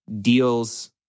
deals